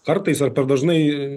kartais ar per dažnai